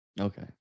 Okay